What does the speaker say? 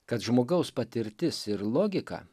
kad žmogaus patirtis ir logika